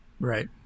right